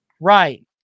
Right